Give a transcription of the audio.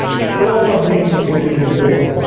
twelve of these ended in war.